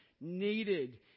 needed